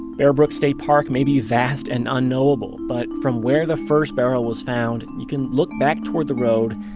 bear brook state park may be vast and unknowable, but from where the first barrel was found, you can look back toward the road,